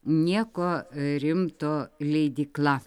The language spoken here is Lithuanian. nieko rimto leidykla